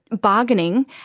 bargaining